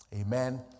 Amen